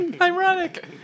ironic